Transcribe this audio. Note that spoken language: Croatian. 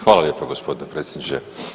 Hvala lijepo gospodine predsjedniče.